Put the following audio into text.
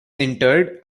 interred